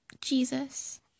Jesus